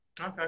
okay